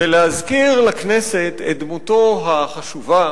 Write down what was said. ולהזכיר לכנסת את דמותו החשובה